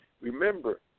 Remember